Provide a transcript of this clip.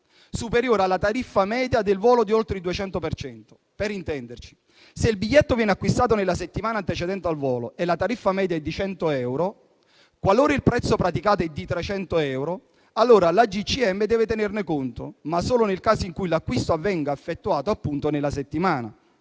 superiore alla tariffa media del volo di oltre il 200 per cento. Per intenderci, se il biglietto viene acquistato nella settimana precedente al volo e la tariffa media è di 100 euro, qualora il prezzo praticato sia di 300 euro, l'AGCM deve tenerne conto, ma solo nel caso in cui l'acquisto venga effettuato, appunto, nella settimana.